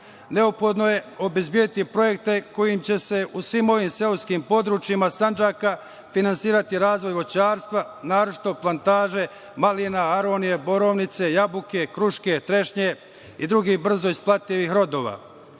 Neophodno je obezbediti projekte kojim će se u svim ovim seoskim područjima Sandžaka finansirati razvoj voćarstva, naročito plantaže malina, aronije, borovnice, jabuke, kruške, trešnje i drugih brzo isplativih rodova.